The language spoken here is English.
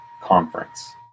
conference